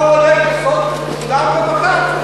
אתה הולך לעשות מדינת רווחה.